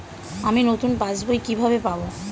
আমি নতুন পাস বই কিভাবে পাব?